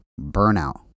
burnout